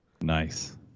Nice